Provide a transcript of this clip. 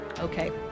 Okay